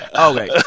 Okay